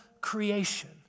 creation